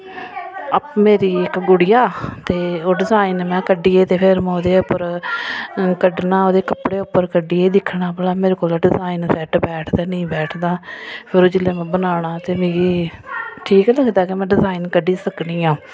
app मेरी इक गुड़िया ते ओह् डिजाइन में कड्डियै ते फिर में ओह्दे पर कड्डना ओह्दे कपड़े पर कड्डियै दिक्खना भला मेरे कोला डिजाइन सैट्ट बैठदा नेंई बैठदा फिर ओह् जिल्लै में बनाना ते मिगी ठीक लगदा कि में डिज़ाईन कड्डी सकनी आं